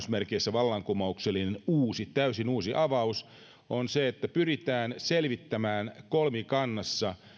vallankumouksellinen täysin uusi avaus että pyritään selvittämään kolmikannassa